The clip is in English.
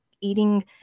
eating